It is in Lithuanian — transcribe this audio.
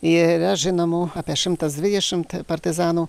yra žinomų apie šimtas dvidešimt partizanų